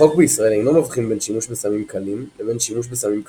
החוק בישראל אינו מבחין בין שימוש בסמים קלים לבין שימוש בסמים כבדים,